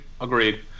agreed